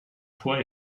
fois